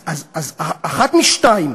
אז אחת משתיים: